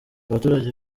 abaturage